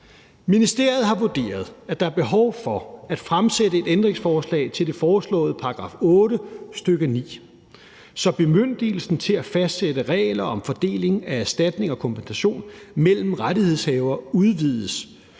Ministeriet har vurderet, at der er behov for at fremsætte et ændringsforslag til den foreslåede § 8, stk. 9, så bemyndigelsen til at fastsætte regler om fordeling af erstatning og kompensation mellem rettighedshavere udvides,